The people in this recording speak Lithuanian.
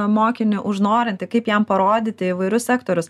mokinį užnorinti kaip jam parodyti įvairius sektorius